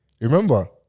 remember